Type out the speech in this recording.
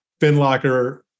FinLocker